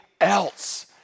else